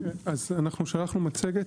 שלחנו מצגת.